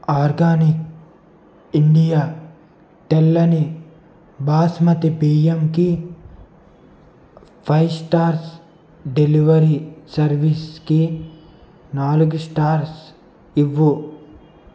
organic India తెల్లని బాస్మతి బియ్యంకి five stars delivery సర్వీస్కి నాలుగు స్టార్స్ ఇవ్వు